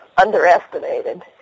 underestimated